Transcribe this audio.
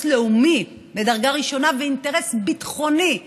לאומי ממדרגה ראשונה ואינטרס ביטחוני,